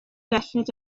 belled